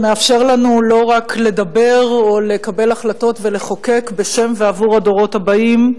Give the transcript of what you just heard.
שמאפשר לנו לא רק לדבר או לקבל החלטות ולחוקק בשם ועבור הדורות הבאים,